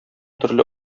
төрле